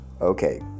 Okay